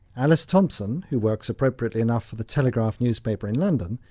alice thompson, who works appropriately enough for the telegraph newspaper in london,